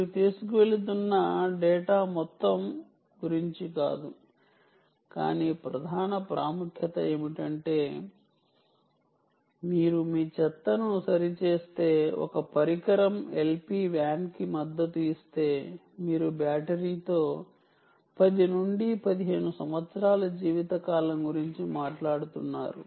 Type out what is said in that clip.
మీరు తీసుకువెళుతున్న డేటా మొత్తం గురించి కాదు కానీ ప్రధాన ప్రాముఖ్యత ఏమిటంటే మీరు మీ చెత్తను సరిచేస్తే ఒక పరికరం LPWAN కి మద్దతు ఇస్తే మీరు బ్యాటరీతో 10 నుండి 15 సంవత్సరాల జీవితకాలం గురించి మాట్లాడుతున్నారు